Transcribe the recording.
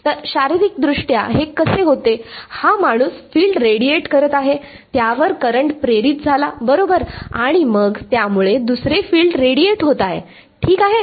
तर शारीरिकदृष्ट्या हे कसे होते हा माणूस फिल्ड रेडीएट करत आहे त्यावर करंटप्रेरित झाला बरोबर आणि मग त्यामुळे दुसरे फिल्ड रेडिएट होत आहे ठीक आहे